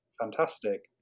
fantastic